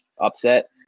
upset